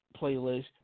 playlist